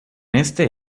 este